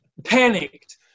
panicked